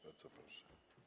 Bardzo proszę.